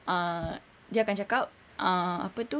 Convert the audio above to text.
ah dia akan cakap ah apa tu